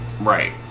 right